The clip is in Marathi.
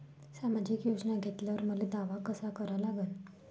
सामाजिक योजना घेतल्यावर मले दावा कसा करा लागन?